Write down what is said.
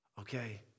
Okay